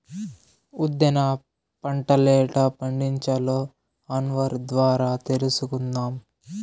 ఉద్దేన పంటలెట్టా పండించాలో అన్వర్ ద్వారా తెలుసుకుందాం